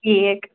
ٹھیٖک